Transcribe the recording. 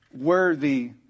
worthy